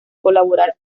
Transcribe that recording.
colaborar